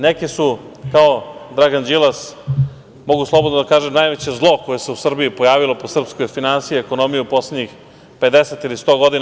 Neki su kao Dragan Đilas, mogu slobodno da kažem, najveće zlo koje se u Srbiji pojavilo po srpske finansije, ekonomiju u poslednjih 50 ili 100 godina.